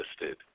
listed